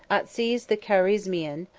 atsiz the carizmian,